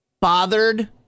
bothered